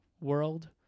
world